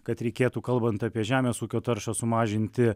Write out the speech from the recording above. kad reikėtų kalbant apie žemės ūkio taršą sumažinti